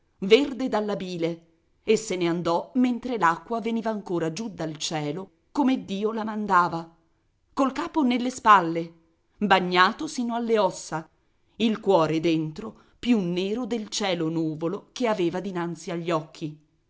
verde dalla bile e se ne andò mentre l'acqua veniva ancora giù dal cielo come dio la mandava col capo nelle spalle bagnato sino alle ossa il cuore dentro più nero del cielo nuvolo che aveva dinanzi agli occhi